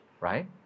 right